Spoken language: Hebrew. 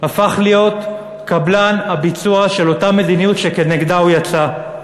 הפך להיות קבלן הביצוע של אותה מדיניות שנגדה הוא יצא?